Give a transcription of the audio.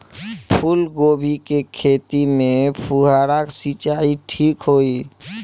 फूल गोभी के खेती में फुहारा सिंचाई ठीक होई?